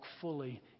fully